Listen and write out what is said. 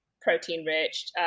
protein-rich